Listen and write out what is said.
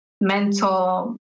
mental